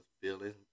feelings